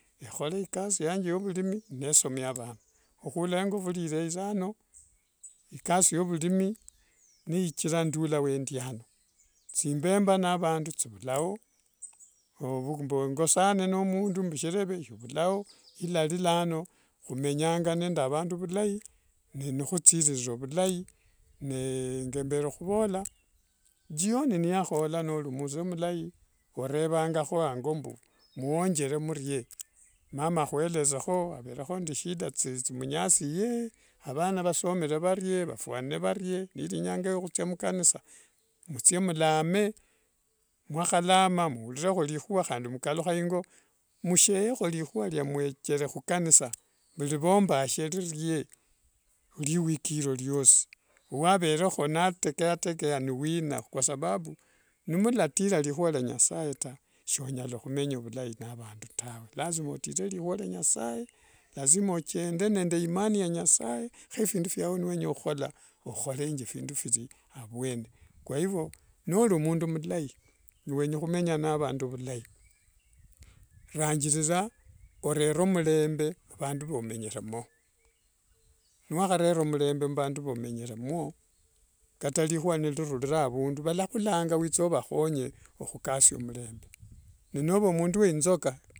Ehore ikasi yanje yovurimi nesomia avana, ehula engofurire sa ano ikasi yo ovurimi neichira nindula endiano, etsimbemba navandu tsivulao, mbu engosane ne mundu mbu shireve shivulao ilari lano omenyanga nende avandu ovulayi, nihutsirira ovulayi, ne ngembere huvoola jioni neyahola noori mzee omulayi orevangaho ango mbu muyonjere murie, mama ahuelezeho avereho nde tsishida tsimunyasie? Avana vasomere varye, vafwanire varye? Neri inyanga yo ohutsya omukanisa, mutsye mulame mwahalama muurireho erihua handi mukalukha engo msheyeho erihua rya muechere hukanisa mbu rivombashe rirye riwiki ero eriosi, waverekho natekeatekea newina kwa sababu nimulatira erihua rya nyasaye ta shonyalahumenya vulayi naavandu tawe, lazima otire erihua rya nyasaye, lazima ochende nde imani ya nyasaye, he efindu fyao niwenya ohuhola oholenje findu firi avuene, kwa hivyo noori omundu omulayi niwenya ohumenya naavandu vilayi, ranjirira orere omurembe huvandu vomenyeremo, niwaharera omurembe muvaandu vomenyeremo kata erihua nirirurira avundu, valahulanga witse ovahonye ohukasia omurembe, ne nova omundu we inzoka….